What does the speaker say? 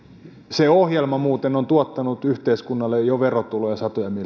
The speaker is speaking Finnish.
se ohjelma muuten on tuottanut yhteiskunnalle verotuloja